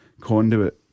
conduit